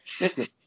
Listen